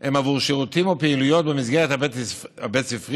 הם עבור שירותים או פעילויות במסגרת הבית ספרית,